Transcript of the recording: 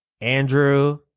Andrew